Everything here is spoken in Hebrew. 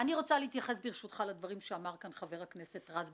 אני רוצה להתייחס לדברים שאמר כאן חבר הכנסת רז,